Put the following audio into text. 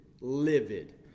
livid